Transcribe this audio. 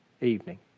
evening